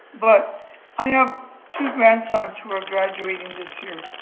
but i have two grandsons who are graduating this year.